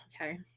okay